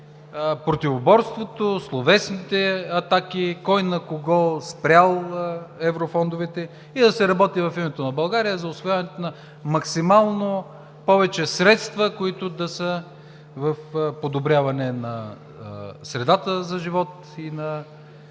противоборството, словесните атаки и кой на кого е спрял еврофондовете и да се работи в името на България за усвояването на максимално повече средства, които да са в подобряване на средата за живот и